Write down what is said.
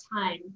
time